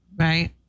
Right